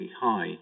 high